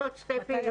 יש עוד שתי פעילויות,